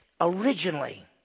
Originally